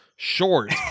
Short